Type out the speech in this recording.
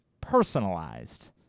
personalized